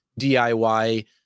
diy